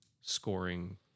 scoring